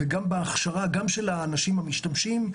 וגם בהכשרה של האנשים המשתמשים,